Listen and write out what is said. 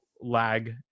lag